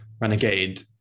renegade